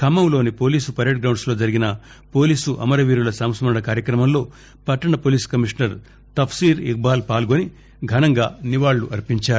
ఖమ్మంలోని police parade మైదానంలో జరిగిన police అమరవీరుల సంస్మరణ కార్యక్రమంలో పట్టణ పోలీస్ కమిషనర్ తఫ్సీర్ ఇక్బాల్ పాల్గొని నివాళులర్పించారు